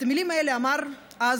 את המילים האלה אמר אז